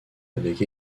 avec